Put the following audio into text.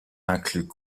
incluent